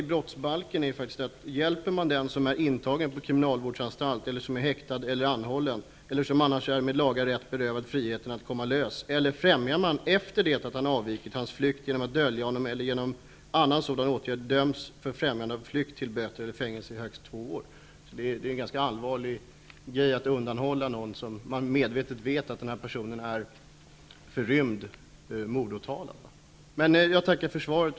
I brottsbalken står: ''Hjälper man den som är intagen på kriminalvårdsanstalt eller som är häktad eller anhållen eller som annars är med laga rätt berövad friheten att komma lös eller främjar man, efter det att han avvikit, hans flykt genom att dölja honom eller genom annan sådan åtgärd, döms för främjande av flykt till böter eller fängelse i högst två år.'' Det är en ganska allvarlig sak att undanhålla någon om man är medveten om att denna person är en förrymd mordåtalad. Jag tackar för svaret.